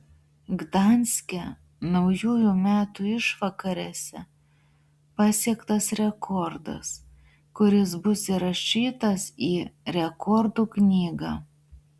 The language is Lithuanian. gdanske naujųjų metų išvakarėse pasiektas rekordas kuris bus įrašytas į rekordų knygą